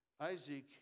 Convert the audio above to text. Isaac